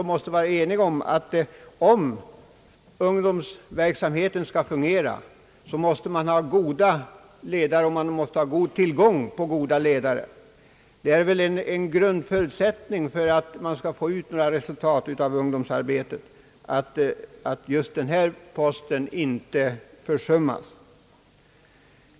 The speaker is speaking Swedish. Om <:ungdomsverksamheten skall fungera, måste man ha tillgång till goda ledare. Det är en grundförutsättning för att man skall få ut några resultat av ungdomsarbetet att just ledarfrågan inte försummas.